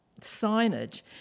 signage